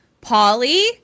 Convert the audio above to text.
Polly